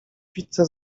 pizzę